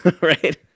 Right